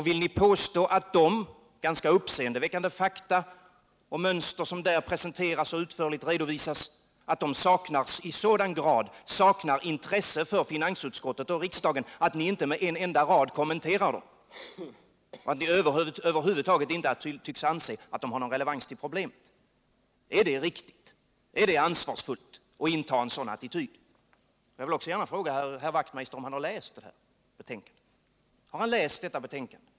Vill ni påstå att de ganska uppseendeväckande fakta och mönster som där presenteras och utförligt redovisas i sådan grad saknar intresse för finansutskottet och riksdagen att ni inte med en enda rad behöver kommentera dem? Ni tycks över huvud taget anse att de inte har någon relevans till problemet. Är det riktigt och ansvarsfullt att inta en sådan attityd? Jag vill också gärna fråga herr Wachtmeister om han har läst detta betänkande.